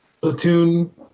platoon